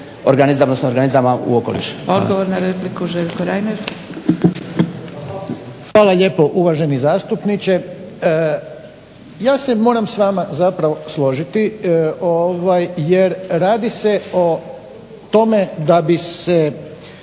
organizama u okoliš.